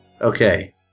Okay